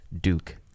Duke